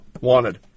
wanted